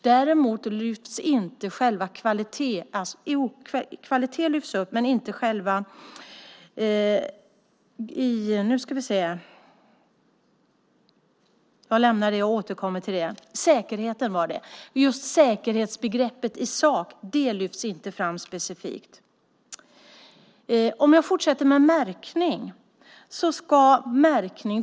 Däremot lyfts inte säkerhetsbegreppet i sak fram specifikt. Låt mig fortsätta med frågan om märkning.